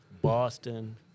Boston